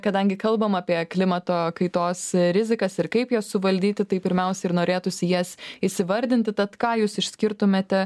kadangi kalbam apie klimato kaitos rizikas ir kaip jas suvaldyti tai pirmiausia ir norėtųsi jas įsivardinti tad ką jūs išskirtumėte